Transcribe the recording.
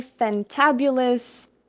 fantabulous